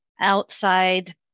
outside